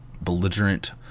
belligerent